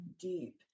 deep